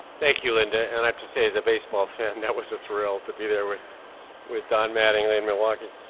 thank you, linda. and i have to say as a baseball fan, that was a thrill to be there with with don mattingly in milwaukee.